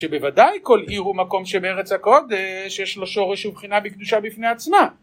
שבוודאי כל עיר ומקום שבארץ הקודש יש לו שורש ובחינה בקדושה בפני עצמה.